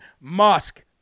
Musk